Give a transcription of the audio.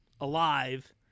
alive